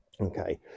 Okay